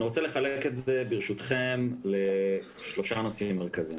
אני רוצה לחלק את זה ברשותכם לשלושה נושאים מרכזיים.